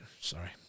Sorry